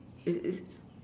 is is